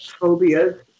phobias